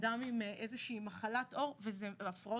יש הפרעות של קשב וריכוז, מחלת עור וכדומה.